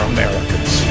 Americans